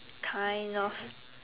kind of